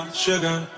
sugar